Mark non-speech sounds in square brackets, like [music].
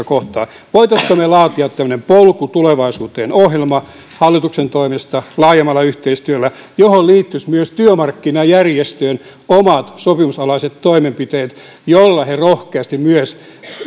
[unintelligible] kohtaan voisimmeko me laatia tämmöisen polku tulevaisuuteen ohjelman hallituksen toimesta laajemmalla yhteistyöllä johon liittyisivät myös työmarkkinajärjestöjen omat sopimusalaiset toimenpiteet joilla he rohkeasti myös